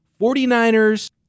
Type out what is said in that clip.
49ers